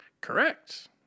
Correct